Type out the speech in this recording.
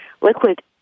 liquid